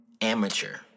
Amateur